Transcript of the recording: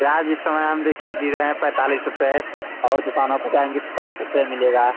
प्याज इस समय हम देखिए दे रहे हैं पैंतालीस रुपए और दुकानों पर जाएंगी तो साठ रुपए मिलेगा